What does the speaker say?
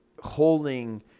holding